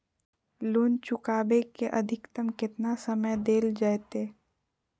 Loan चुकाबे के अधिकतम केतना समय डेल जयते?